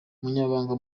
umunyamabanga